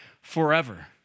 forever